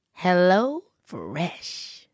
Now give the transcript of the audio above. HelloFresh